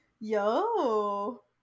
Yo